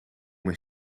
mijn